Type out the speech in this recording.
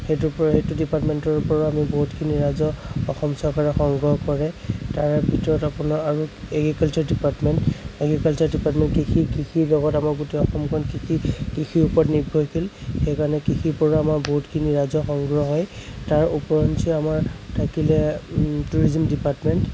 সেইটো সেইটো ডিপাৰ্টমেণ্টৰ পৰাও আমি বহুতখিনি ৰাজহ অসম চৰকাৰে সংগ্ৰহ কৰে তাৰ ভিতৰত আপোনাৰ আৰু এগ্ৰিকালচাৰ ডিপাৰ্টমেণ্ট এগ্ৰিকালচাৰ ডিপাৰ্টমেণ্ট কৃষি কৃষিৰ লগত আমাৰ গোটেই অসমখন কৃষি কৃষিৰ ওপৰত নিৰ্ভৰশীল সেইকাৰণে কৃষিৰ পৰা আমাৰ বহুতখিনি ৰাজহ সংগ্ৰহ হয় তাৰ ওপৰঞ্চি আমাৰ থাকিলে ট্যুৰিজিম ডিপাৰ্টমেণ্ট